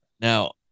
Now